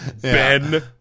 Ben